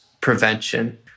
prevention